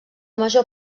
major